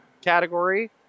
category